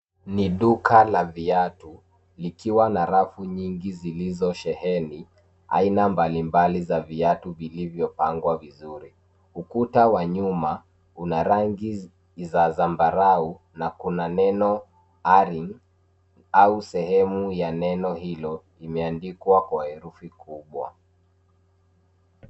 Ni duka la viatu likiwa na rafu nyingi zilizosheheni aina mbalimbali za viatu vilivyopangwa vizuri. Ukuta wa nyuma una rangi za zambarau na kuna neno ARLING au sehemu ya neno hilo imeandikwa kwa herufi kubwa.